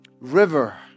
river